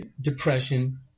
depression